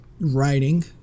Writing